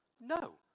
No